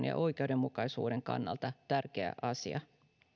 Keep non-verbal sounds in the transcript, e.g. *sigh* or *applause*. *unintelligible* ja oikeudenmukaisuuden kannalta tärkeä asia